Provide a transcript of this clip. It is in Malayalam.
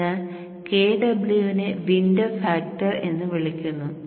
അതിനാൽ Kw നെ വിൻഡോ ഫാക്ടർ എന്ന് വിളിക്കുന്നു